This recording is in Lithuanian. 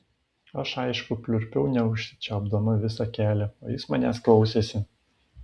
aš aišku pliurpiau neužsičiaupdama visą kelią o jis manęs klausėsi